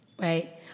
Right